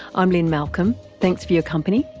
i'm lynne malcolm. thanks for your company,